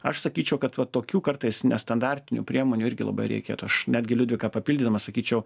aš sakyčiau kad va tokių kartais nestandartinių priemonių irgi labai reikėtų aš netgi liudviką papildydamas sakyčiau